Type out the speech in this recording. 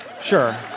Sure